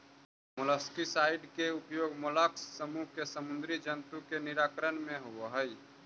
molluscicide के उपयोग mollusc समूह के समुदी जन्तु के निराकरण में होवऽ हई